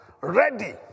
ready